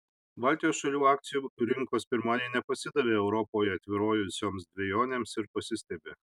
baltijos šalių akcijų rinkos pirmadienį nepasidavė europoje tvyrojusioms dvejonėms ir pasistiebė